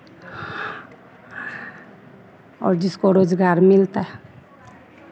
और जिसको रोज़गार मिलता है